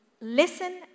Listen